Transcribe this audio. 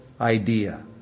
idea